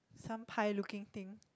some pie looking thing